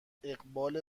اقبال